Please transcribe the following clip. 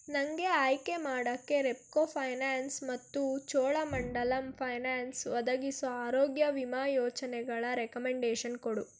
ನನಗೆ ಆಯ್ಕೆ ಮಾಡೋಕ್ಕೆ ರೆಪ್ಕೊ ಫೈನಾನ್ಸ್ ಮತ್ತು ಚೋಳಮಂಡಲಮ್ ಫೈನಾನ್ಸ್ ಒದಗಿಸೊ ಆರೋಗ್ಯ ವಿಮಾ ಯೋಜನೆಗಳ ರೆಕಮೆಂಡೇಷನ್ ಕೊಡು